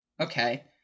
Okay